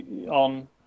on